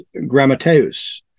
grammateus